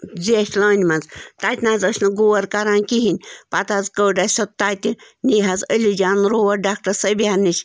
زیچھہِ لٲنہِ منٛز تَتہِ نَہ حظ ٲسی نہٕ گور کَران کِہیٖنۍ پتہٕ حظ کٔڈ اسہِ سۄ تَتہِ نی حظ علی جان روڈ ڈاکٹر سَبیہ نِش